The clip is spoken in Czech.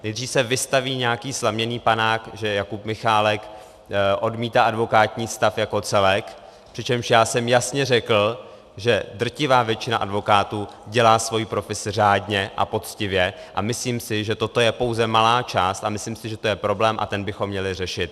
Nejdřív se vystaví nějaký slaměný panák, že Jakub Michálek odmítá advokátní stav jako celek, přičemž já jsem jasně řekl, že drtivá většina advokátů dělá svoji profesi řádně a poctivě, a myslím si, že toto je pouze malá část, a myslím si, že to je problém a ten bychom měli řešit.